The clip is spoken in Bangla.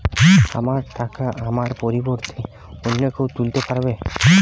আমার টাকা আমার পরিবর্তে অন্য কেউ তুলতে পারবে?